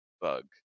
Bug